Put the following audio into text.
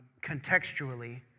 contextually